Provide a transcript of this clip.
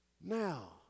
Now